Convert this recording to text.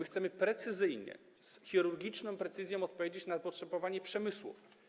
Chcemy precyzyjnie, z chirurgiczną precyzją odpowiedzieć na zapotrzebowanie przemysłu.